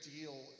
deal